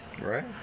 Right